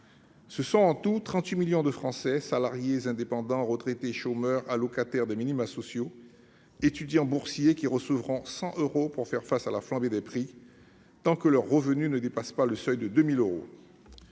Ce sont au total 38 millions de Français, salariés, indépendants, retraités, chômeurs, allocataires des minima sociaux, étudiants boursiers, qui recevront 100 euros pour faire face à la flambée des prix, tant que leurs revenus ne dépassent pas le seuil de 2 000 euros.